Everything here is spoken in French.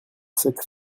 cette